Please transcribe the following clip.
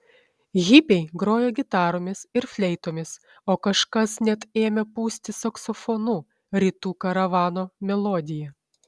hipiai grojo gitaromis ir fleitomis o kažkas net ėmė pūsti saksofonu rytų karavano melodiją